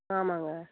ஆமாங்க